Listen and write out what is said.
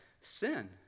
sin